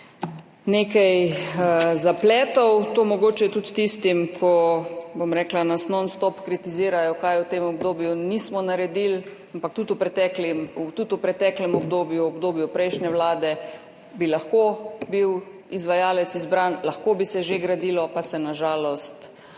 nekaj zapletov. To mogoče tudi tistim, bom rekla, ki nas nonstop kritizirajo, česa v tem obdobju nismo naredili, ampak tudi v preteklem obdobju, v obdobju prejšnje vlade bi lahko bil izvajalec izbran, lahko bi se že gradilo, pa se na žalost ni.